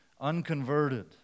unconverted